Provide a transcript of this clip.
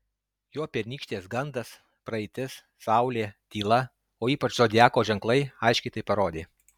jo pernykštės gandas praeitis saulė tyla o ypač zodiako ženklai aiškiai tai parodė